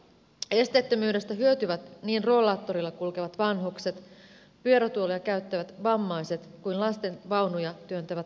esteettömyydestä hyötyvät niin rollaattorilla kulkevat vanhukset pyörätuolia käyttävät vammaiset kuin lastenvaunuja työntävät vanhemmat